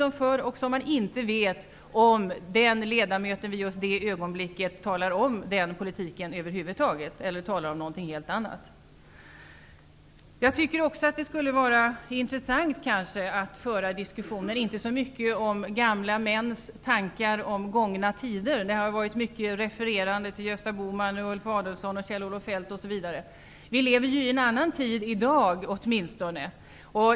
Dessutom kan man inte veta om den partirepresentant som man i ett visst ögonblick talar med företräder den politiken eller något helt annat. Jag tycker också att det skulle vara bra om diskussionen inte fördes så mycket om gamla mäns tankar om gångna tider. Det har varit mycket refererande till Gösta Bohman, Ulf Adelsohn, Kjell-Olof Feldt osv. Vi lever i dag i en annan tid.